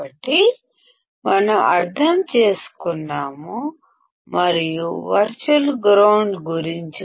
కాబట్టి virtual ground గురించి